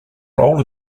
role